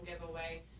giveaway